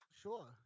Sure